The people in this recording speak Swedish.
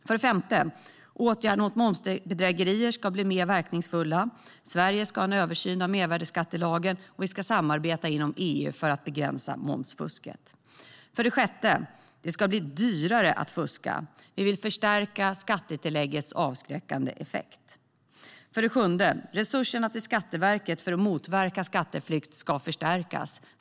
För det femte ska åtgärder mot momsbedrägerier bli mer verkningsfulla. Sverige ska ha en översyn av mervärdesskattelagen, och vi ska samarbeta inom EU för att begränsa momsfusket. För det sjätte ska det bli dyrare att fuska. Vi vill förstärka skattetilläggets avskräckande effekt. För det sjunde ska resurserna till Skatteverket för att motverka skatteflykt förstärkas.